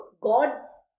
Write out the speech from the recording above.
gods